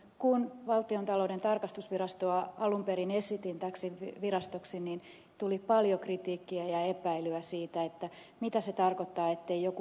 kun valtiontalouden tarkastusvirastoa alun perin esitin täksi virastoksi niin tuli paljon kritiikkiä ja epäilyä siitä mitä se tarkoittaa ettei joku ministeriö tarkasta